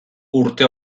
urte